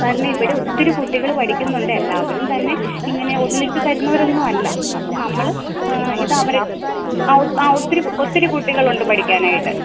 കാരണം ഇവിടെ ഒത്തിരി കുട്ടികൾ പഠിക്കുന്നുണ്ട് എല്ലാവരും തന്നെ ഇങ്ങനെ ഒന്നിച്ച് തരുന്നവരൊന്നും അല്ല അപ്പം നമ്മൾ ഇതവർ ആ ആ ഒത്തിരി ഒത്തിരി കുട്ടികളുണ്ട് പഠിക്കാനായിട്ട്